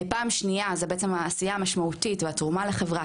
פעם שנייה זה בעצם העשייה המשמעותית והתרומה לחברה,